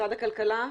משרד הכלכלה.